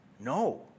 No